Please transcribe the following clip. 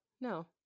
No